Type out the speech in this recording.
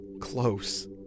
close